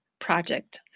project